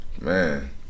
Man